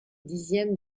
dixième